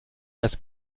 dass